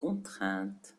contraintes